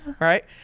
right